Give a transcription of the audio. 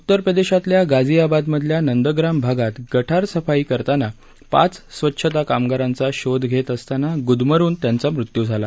उतर प्रदेशातल्या गाझियाबादमधल्या नंदग्राम भागात गटार सफाई करताना पाच स्वच्छता कामगारांना शोध घेत असताना गुदमरुन त्यांचा मृत्यू झाला